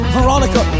Veronica